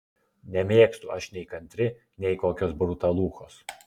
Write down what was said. nemėgstu aš nei kantri nei kokios brutaluchos